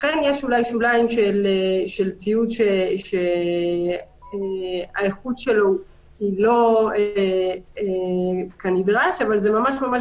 אכן יש אולי שוליים של ציוד שהאיכות שלו היא לא כנדרש אבל זה ממש ממש